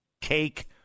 Cake